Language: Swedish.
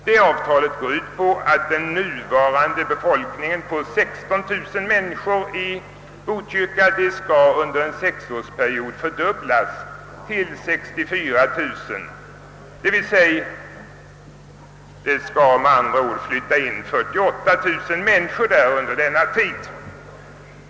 Detta avtal går ut på att den nuvarande befolkningen på 16 000 människor under en sexårsperiod skall ökas till 64 000 eller, med andra ord, att 48000 människor skall flytta in under denna tid.